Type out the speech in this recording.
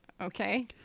Okay